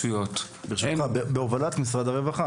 ברשותך, בהובלת משרד הרווחה.